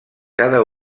cada